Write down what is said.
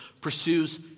pursues